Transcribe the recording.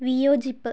വിയോജിപ്പ്